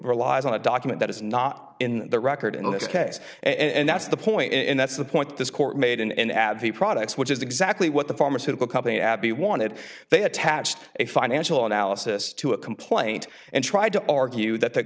relies on a document that is not in the record in this case and that's the point and that's the point this court made in an adze products which is exactly what the pharmaceutical company abbey wanted they attached a financial analysis to a complaint and tried to argue that th